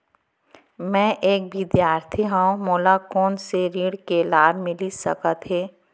मैं एक विद्यार्थी हरव, मोला कोन से ऋण के लाभ मिलिस सकत हे?